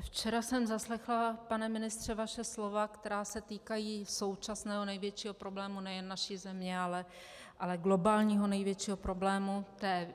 Včera jsem zaslechla, pane ministře, vaše slova, která se týkají současného největšího problému nejen naší země, ale globálního největšího problému